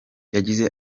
yagize